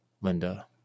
Linda